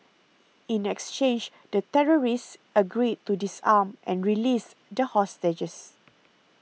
in exchange the terrorists agreed to disarm and released the hostages